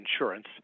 insurance